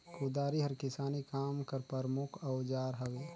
कुदारी हर किसानी काम कर परमुख अउजार हवे